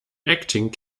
acting